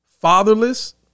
Fatherless